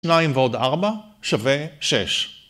‫2 ועוד 4 שווה 6.